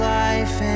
life